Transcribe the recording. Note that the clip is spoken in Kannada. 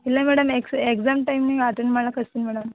ಇಲ್ಲ ಮೇಡಮ್ ಎಕ್ಸ್ ಎಕ್ಸಾಮ್ ಟೈಮಿಗೆ ಅಟೆಂಡ್ ಮಾಡಕ್ಕೆ ಕಳಿಸ್ತಿನಿ ಮೇಡಮ್